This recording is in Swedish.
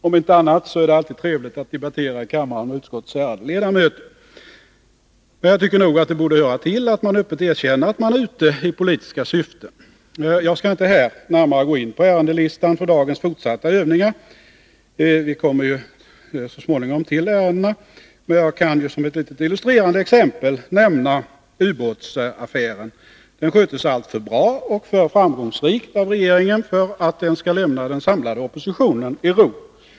Om inte annat så är det alltid trevligt att debattera i kammaren med utskottets ärade ledamöter. Men jag tycker nog att det borde höra till att man öppet erkänner att man är ute i politiska syften. Jag skall inte här närmare gå in på ärendelistan för dagens fortsatta övningar — vi kommer ju så småningom in på ärendena. Men jag kan ju som ett illustrerande exempel nämna ubåtsaffären. Den sköttes alltför bra och för framgångsrikt av regeringen för att den skall lämna den samlade oppositionen i ro.